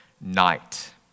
Night